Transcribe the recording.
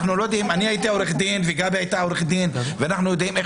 אני הייתי עורך דין וגבי לסקי הייתה עורכת דין ו אנחנו יודעים איך